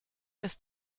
ist